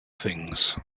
things